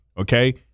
Okay